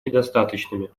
недостаточными